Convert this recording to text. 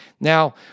Now